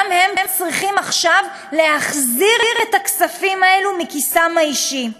גם הם צריכים עכשיו להחזיר את הכספים האלה מכיסם האישי.